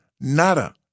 Nada